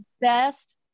best